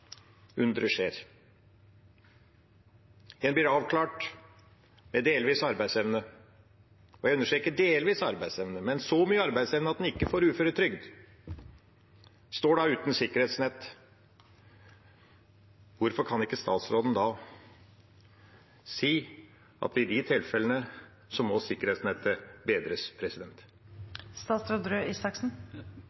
skjer: En blir avklart med delvis arbeidsevne – og jeg understreker delvis arbeidsevne, men så mye arbeidsevne at en ikke får uføretrygd – og en står da uten sikkerhetsnett. Hvorfor kan ikke statsråden si at i de tilfellene må sikkerhetsnettet bedres?